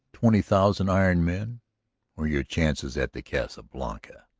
twenty thousand iron men or your chances at the casa blanca?